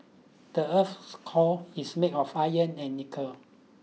the earth's core is made of iron and nickel